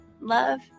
Love